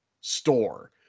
store